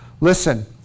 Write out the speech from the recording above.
Listen